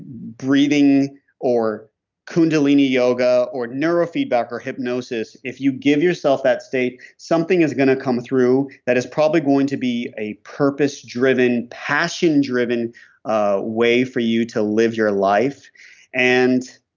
breathing or kundalini yoga, or neuro feedback or hypnosis. if you give yourself that state, something is going to come through that is probably going to be a purpose driven passion driven ah way for you to live your life and